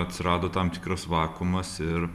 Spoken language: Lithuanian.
atsirado tam tikras vakuumas ir